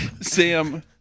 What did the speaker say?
Sam